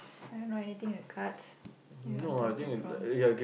I don't know anything in the cards where you wanted to talk from